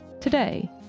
Today